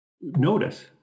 notice